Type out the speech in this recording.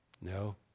No